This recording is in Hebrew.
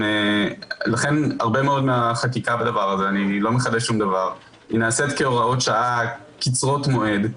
לכן הרבה מאוד מהחקיקה בדבר הזה נעשית כהוראות שעה קצרות מועד,